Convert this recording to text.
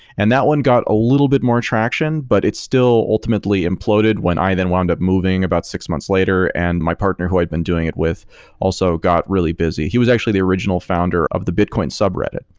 and that one got a little bit more traction, but it's still ultimately imploded when i then wound up moving about six months later and my partner who i'd been doing it with also got really busy. he was actually the original founder of the bitcoin subreddit,